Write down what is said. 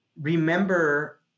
remember